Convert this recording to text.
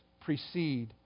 precede